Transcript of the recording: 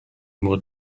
more